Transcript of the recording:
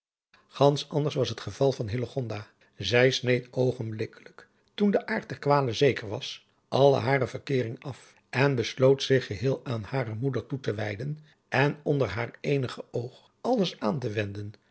gansch anders was het geval van hillegonda zij sneed oogenblikkelijk toen de aard der kwale zeker was alle hare verkeering af en besloot zich geheel aan hare moeder toe te wijden en onder haar eige oog alles aan te wenden